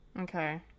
okay